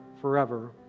forever